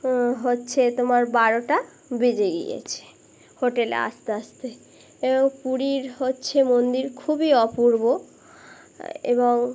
হচ্ছে তোমার বারোটা বেজে গিয়েছে হোটেলে আস্তে আস্তে এবং পুরীর হচ্ছে মন্দির খুবই অপূর্ব এবং